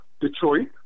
Detroit